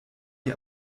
ihr